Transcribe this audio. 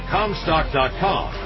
Comstock.com